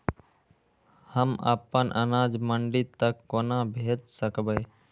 हम अपन अनाज मंडी तक कोना भेज सकबै?